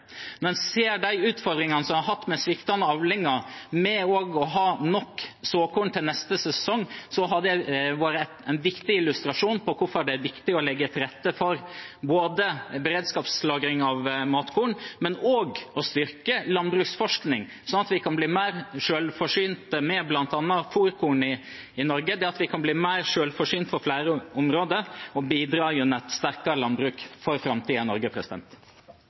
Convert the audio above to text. Når man ser de utfordringene man har hatt med sviktende avlinger og å ha nok såkorn til neste sesong, er det en viktig illustrasjon på hvorfor det er viktig å legge til rette for både beredskapslagring av matkorn og å styrke landbruksforskning, slik at vi kan bli mer selvforsynte med bl.a. fôrkorn i Norge, at vi kan bli mer selvforsynte på flere områder og bidra gjennom et sterkere landbruk for framtiden i Norge.